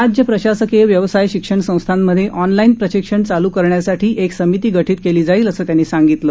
राज्य प्रशासकीय व्यवसाय शिक्षण संस्थांमध्ये ऑनलाईन प्रशिक्षण चालू करण्यासाठी एक समिती गठीत केली जाईल असं त्यांनी सांगितलं